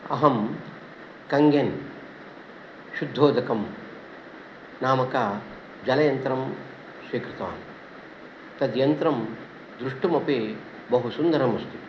अहं कङ्गेन् शुद्धोदकं नामक जलयन्त्रं स्वीकृतवान् तद्यन्त्रं द्रष्टुमपि बहु सुन्दरमस्ति